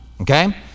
okay